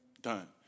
done